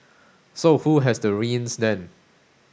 so who has the reins then